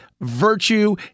virtue